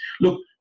Look